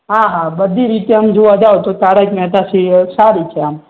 હા હા બધી રીતે આમ જોવા જાઓ તો તારક મહેતા સિરિયલ સારી છે આમ